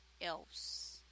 else